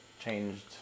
changed